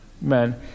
Men